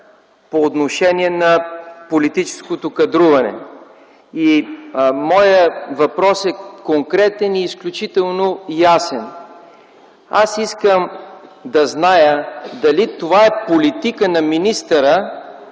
по отношение на политическото кадруване. Моят въпрос е конкретен и изключително ясен. Аз искам да знам дали това е политика на министъра